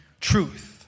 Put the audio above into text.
truth